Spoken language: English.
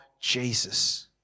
Jesus